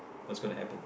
what's gonna happen